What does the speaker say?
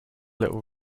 little